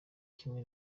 kimwe